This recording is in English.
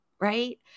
Right